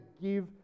give